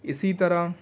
اسی طرح